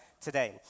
today